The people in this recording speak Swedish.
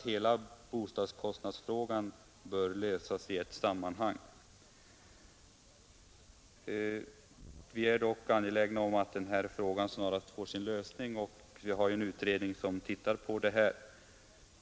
Hela boendekostnadsfrågan bör därför lösas i ett sammanhang. Vi är dock angelägna om att man snarast löser frågan om ränteavdrag för bostadsrätt m.m.